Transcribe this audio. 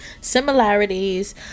similarities